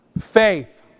Faith